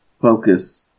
focus